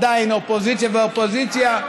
אופוזיציה וקואליציה,